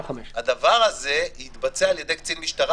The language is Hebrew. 5,000. -- הדבר הזה יתבצע על ידי קצין משטרה.